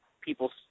people